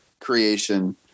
creation –